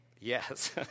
Yes